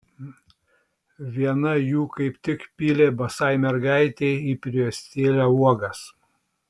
viena jų kaip tik pylė basai mergaitei į prijuostėlę uogas